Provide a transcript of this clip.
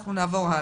אנחנו נעבור הלאה.